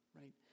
right